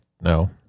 No